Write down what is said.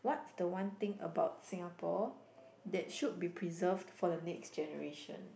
what's the one thing about Singapore that should be preserved for the next generation